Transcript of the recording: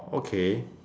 okay